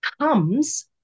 comes